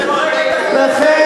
תשלח,